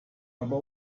aber